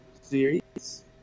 Series